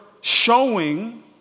showing